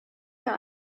that